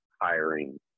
hiring